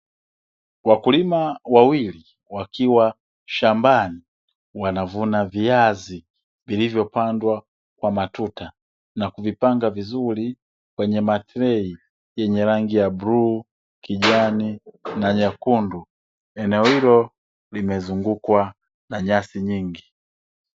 Wakulima wawili wakiwa shambani, wanavuna viazi vilivyopandwa kwa matuta, na kuvipanga vizuri kwenye matrei yenye rangi ya bluu, nyeusi, kijani na nyekundu. Eneo hilo limezungukwa na nyasi nyingi.